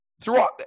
Throughout